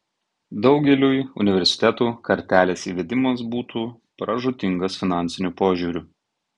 daugeliui universitetų kartelės įvedimas būtų pražūtingas finansiniu požiūriu